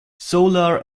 solar